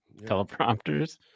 teleprompters